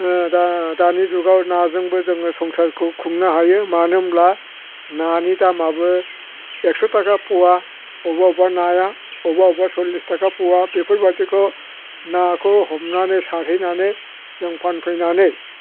दा दानि जुगाव नाजोंबो जोङो संसारखौ खुंनो हायो मानो होमब्ला नानि दामाबो एकस' थाखा फवा अबेबा अबेबा नाया अबबा अबबा सल्लिस थाखा फवा बेफोरबादिखौ नाखौ हमानै सारहैनानै जों फानफैनानै